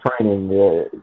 training